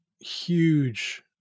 huge